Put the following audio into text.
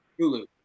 Hulu